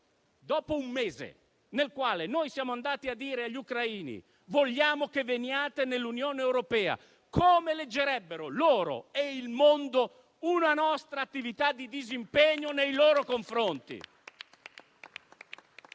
Dopo un mese, dopo essere andati a dire agli ucraini che volevamo che entrassero nell'Unione europea, come leggerebbero loro e il mondo intero una nostra attività di disimpegno nei loro confronti?